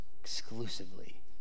exclusively